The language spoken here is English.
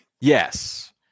yes